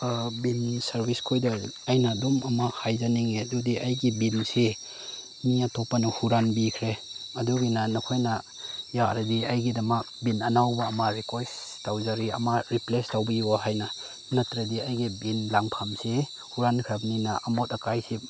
ꯕꯤꯟ ꯁꯥꯔꯚꯤꯁꯈꯣꯏꯗ ꯑꯩꯅ ꯑꯗꯨꯝ ꯑꯃ ꯍꯥꯏꯖꯅꯤꯡꯉꯦ ꯑꯗꯨꯗꯤ ꯑꯩꯒꯤ ꯕꯤꯟꯁꯤ ꯃꯤ ꯑꯇꯣꯞꯄꯅ ꯍꯨꯔꯥꯟꯕꯤꯈ꯭ꯔꯦ ꯑꯗꯨꯒꯤꯅ ꯅꯈꯣꯏꯅ ꯌꯥꯔꯗꯤ ꯑꯩꯒꯤꯗꯃꯛ ꯕꯤꯟ ꯑꯅꯧꯕ ꯑꯃ ꯔꯤꯀ꯭ꯋꯦꯁ ꯇꯧꯖꯔꯤ ꯑꯃ ꯔꯤꯄ꯭ꯂꯦꯁ ꯇꯧꯕꯤꯌꯨ ꯍꯥꯏꯅ ꯅꯠꯇ꯭ꯔꯗꯤ ꯑꯩꯒꯤ ꯕꯤꯟ ꯂꯪꯐꯝꯁꯤ ꯍꯨꯔꯥꯟꯈ꯭ꯔꯕꯅꯤꯅ ꯑꯃꯣꯠ ꯑꯀꯥꯏꯁꯤ